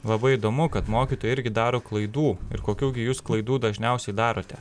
labai įdomu kad mokytojai irgi daro klaidų ir kokių gi jūs klaidų dažniausiai darote